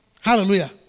Hallelujah